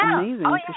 amazing